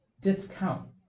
discount